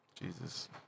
Jesus